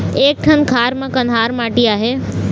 एक ठन खार म कन्हार माटी आहे?